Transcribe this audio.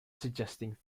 suggesting